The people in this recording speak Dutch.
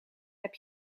heb